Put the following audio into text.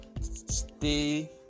stay